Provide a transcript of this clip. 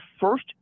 first